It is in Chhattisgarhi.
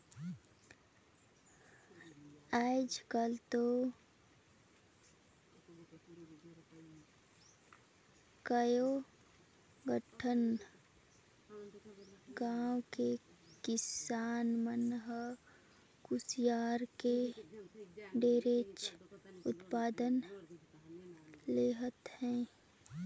आयज काल तो कयो ठन गाँव के किसान मन ह कुसियार के ढेरेच उत्पादन लेहत हे